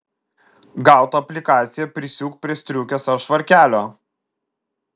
gautą aplikaciją prisiūk prie striukės ar švarkelio